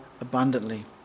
abundantly